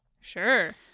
Sure